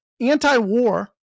Anti-war